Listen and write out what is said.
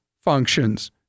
functions